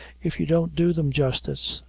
if you don't do them justice.